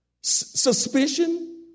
Suspicion